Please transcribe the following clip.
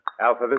Alpha